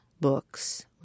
books